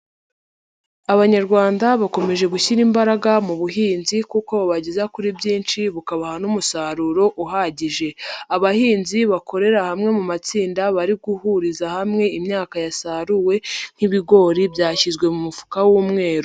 Abanyarwanda bakomeje gushyira imbaraga mu buhinzi kuko bubageza kuri byinshi, bukabaha n'umusaruro uhagije. Abahinzi bakorera hamwe mu matsinda bari guhuriza hamwe imyaka yasaruwe nk'ibigori, byashyizwe mu mufuka w'umweru.